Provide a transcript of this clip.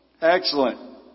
Excellent